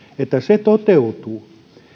että se toteutuu